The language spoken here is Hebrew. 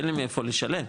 שאין לי מאיפה לשלם,